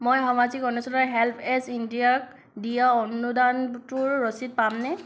মই সামাজিক অনুষ্ঠানৰ হেল্প এজ ইণ্ডিয়াক দিয়া অনুদানটোৰ ৰচিদ পামনে